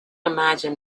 imagine